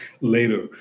later